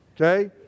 Okay